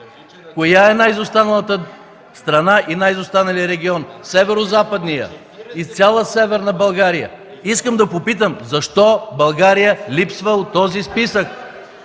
Кои са най-изостаналата страна и най-изостаналият регион – Северозападният и цяла Северна България! Искам да попитам защо България липсва от този списък?